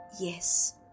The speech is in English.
Yes